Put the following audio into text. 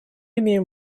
имеем